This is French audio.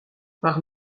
par